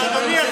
אדוני,